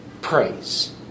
praise